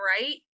right